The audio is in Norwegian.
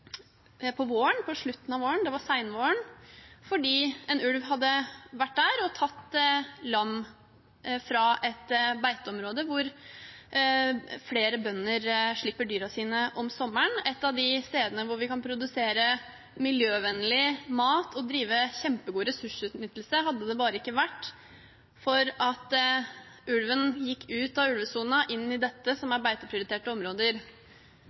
av våren, det var seinvåren, fordi en ulv hadde vært der og tatt lam fra et beiteområde hvor flere bønder slipper dyrene sine om sommeren – et av de stedene hvor vi kan produsere miljøvennlig mat og drive kjempegod ressursutnyttelse, hadde det bare ikke vært for at ulven gikk ut av ulvesonen og inn i dette som